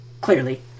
clearly